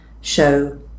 show